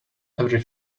every